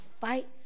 fight